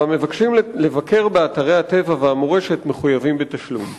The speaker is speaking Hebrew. והמבקשים לטייל באתרי הטבע והמורשת מחויבים בתשלום.